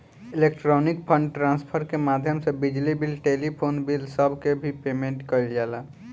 electronic fund transfer के माध्यम से बिजली बिल टेलीफोन बिल सब के भी पेमेंट कईल जाला